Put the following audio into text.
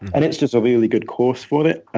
and it's just a really good course for it.